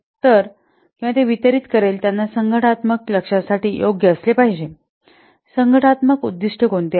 तर किंवा ते वितरित करेल त्यांना संघटनात्मक लक्ष्या साठी योग्य असले पाहिजे संघटनात्मक उद्दिष्टे कोणती आहेत